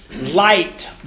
light